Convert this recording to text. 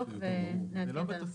זה לא בתוספת,